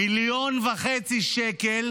1.5 מיליון שקל,